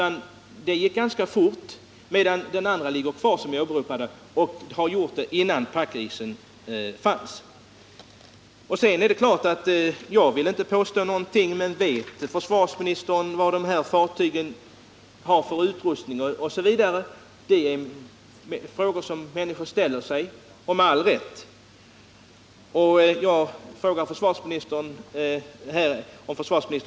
Den båten bärgades ganska fort, medan den andra båten fortfarande ligger kvar sedan tiden innan packisen fanns. Vad har de här fartygen för utrustning? Det är en fråga som många människor ställer sig — med all rätt. Vet försvarsministern vilken utrustning de har?